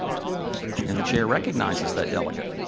and the chair recognizes that delegate.